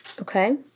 Okay